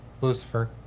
lucifer